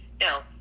no